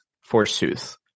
forsooth